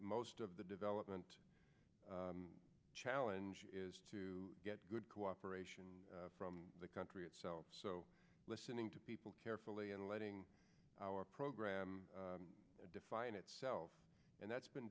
most of the development challenge is to get good cooperation from the country itself so listening to people carefully and letting our program define itself and that's been